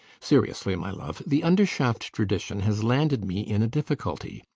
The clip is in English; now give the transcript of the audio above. seriously, my love, the undershaft tradition has landed me in a difficulty.